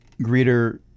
Greeter